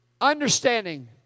understanding